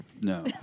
No